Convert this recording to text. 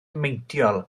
meintiol